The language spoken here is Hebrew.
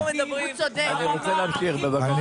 אני רוצה להמשיך, בבקשה.